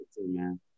man